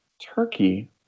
Turkey